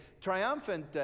triumphant